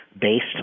based